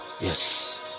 Yes